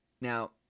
Now